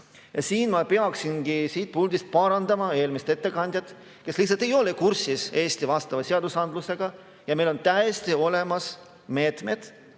siin ma peaksingi siit puldist parandama eelmist ettekandjat, kes lihtsalt ei ole kursis Eesti vastavate seadustega. Meil on täiesti olemas meetmed